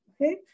okay